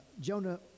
Jonah